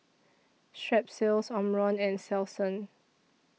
Strepsils Omron and Selsun